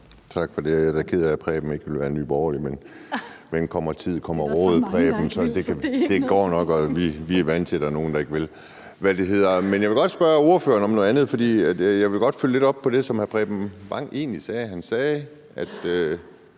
Tak for det. Jeg er da ked af, at hr. Preben Bang Henriksen ikke vil være med i Nye Borgerlige, men kommer tid, kommer råd. Det går nok, og vi er vant til, at der er nogen, der ikke vil. Men jeg vil spørge ordføreren om noget andet, for jeg vil godt følge lidt op på det, som hr. Preben Bang Henriksen egentlig sagde. Han sagde, at